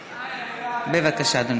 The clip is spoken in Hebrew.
בבקשה, אדוני.